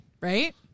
right